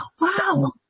Wow